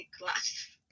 class